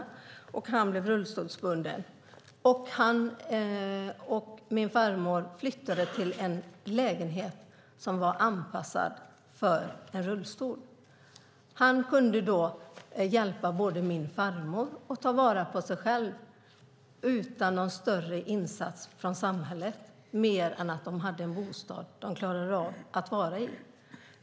Han blev rullstolsbunden. Min farfar och farmor flyttade till en lägenhet anpassad för rullstol. Farfar kunde hjälpa min farmor och ta vara på sig själv utan någon större insats från samhället, mer än att de hade en bostad de klarade av att vara i.